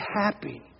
happy